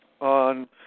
on